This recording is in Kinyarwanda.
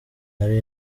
ari